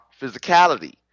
physicality